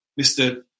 Mr